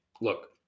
look